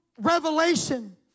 revelation